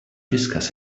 discuss